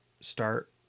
start